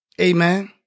Amen